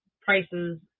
Prices